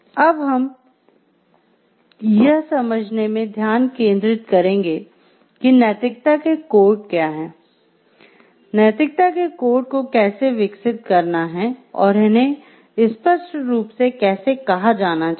अब हम यह समझने में ध्यान केंद्रित करेंगे कि नैतिकता के कोड क्या हैं नैतिकता के कोड को कैसे विकसित करना है और इन्हें स्पष्ट रूप से कैसे कहा जाना चाहिए